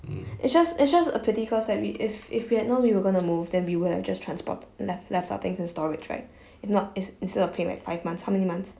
it's just it's just a pity because if if we had known we were going to move than we would have just transporte~ left left our things in storage right if not ins~ instead of paying like five months how many months